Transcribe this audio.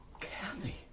Kathy